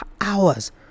hours